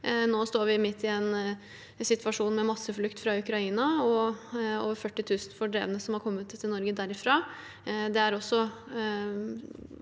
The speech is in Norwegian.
Nå står vi midt i en situasjon med masseflukt fra Ukraina og over 40 000 fordrevne som har kommet til Norge derfra.